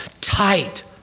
tight